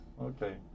okay